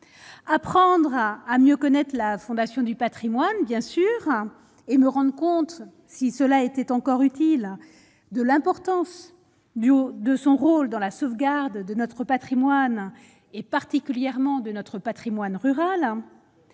apprendra à mieux connaître la Fondation du Patrimoine, bien sûr, et me rendent compte si cela était encore utile de l'importance du haut de son rôle dans la sauvegarde de notre Patrimoine et particulièrement de notre Patrimoine rural